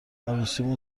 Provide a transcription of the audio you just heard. عروسیمون